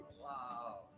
Wow